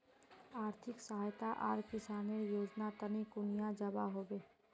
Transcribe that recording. आर्थिक सहायता आर किसानेर योजना तने कुनियाँ जबा होबे?